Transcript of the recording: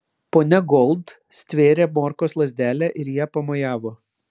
ponia gold stvėrė morkos lazdelę ir ja pamojavo